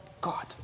God